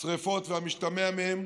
השרפות והמשתמע מהן,